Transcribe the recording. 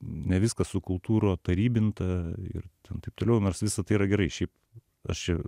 ne viskas sukultūrotarybinta ir taip toliau nors visa tai yra gerai šiaip aš